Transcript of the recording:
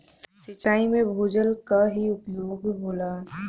सिंचाई में भूजल क ही उपयोग होला